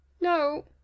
no